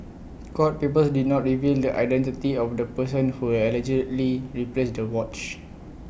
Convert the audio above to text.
court papers did not reveal the identity of the person who allegedly replaced the watch